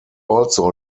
also